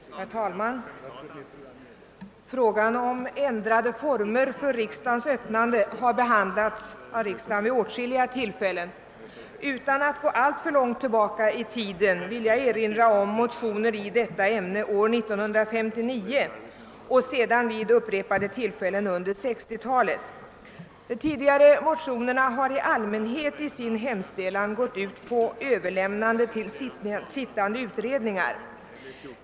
Herr talman! Frågan om ändrade former för riksdagens öppnande har behandlats av riksdagen vid åtskilliga tillfällen. Utan att gå alltför långt tillbaka i tiden vill jag erinra om motioner i detta ämne år 1959 och sedan vid upprepade tillfällen under 1960-talet. De tidigare motionerna har i allmänhet i sin hemställan gått ut på överlämnande till sittande utredningar.